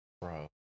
bro